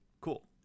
cool